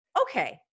okay